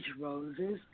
roses